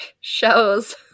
shows